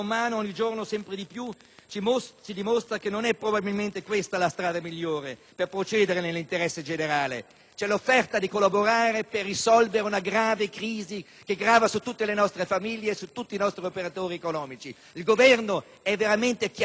ci dimostra che non è probabilmente questa la strada migliore per procedere nell'interesse generale. C'è l'offerta di collaborare per risolvere una grave crisi che grava su tutte le nostre famiglie e su tutti i nostri operatori economici. Il Governo è veramente chiamato a cercare